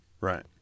Right